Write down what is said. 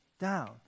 down